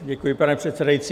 Děkuji, pane předsedající.